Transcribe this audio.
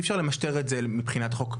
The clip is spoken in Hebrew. אי אפשר למשטר את זה מבחינת חוק,